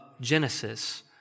Genesis